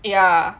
ya